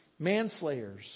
manslayers